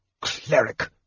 cleric